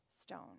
stone